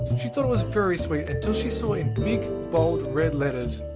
she thought it was very sweet until she saw in big bold red letters,